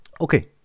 Okay